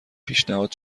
پیشنهاد